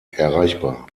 erreichbar